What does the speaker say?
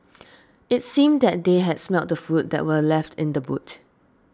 it seemed that they had smelt the food that were left in the boot